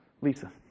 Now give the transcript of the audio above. Lisa